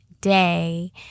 day